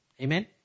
Amen